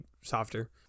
softer